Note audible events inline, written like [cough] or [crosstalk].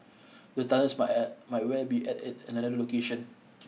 [noise] the tunnels might at might well be at a another location